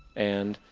and,